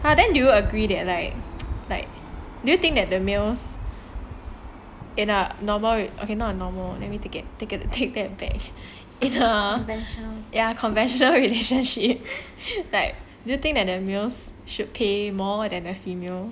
!huh! then do you agree that like like do you think that the males in a normal okay not a normal let me take that take that back err ya conventional relationship like do you think that the males should pay more than the female